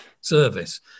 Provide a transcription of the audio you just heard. service